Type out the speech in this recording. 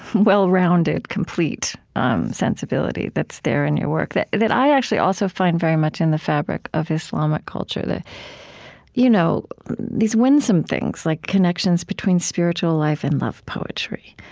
well-rounded complete um sensibility that's there in your work that that i actually also find very much in the fabric of islamic culture, you know these winsome things like connections between spiritual life and love poetry.